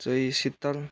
चाहिँ शीतल